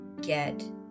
get